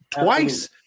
Twice